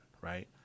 right